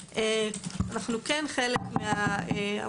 אנו כן חלק מהפורום הזה,